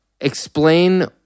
explain